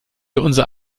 unsere